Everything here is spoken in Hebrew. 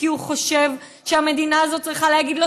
כי הוא חושב שהמדינה הזאת צריכה להגיד לו